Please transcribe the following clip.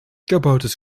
kabouters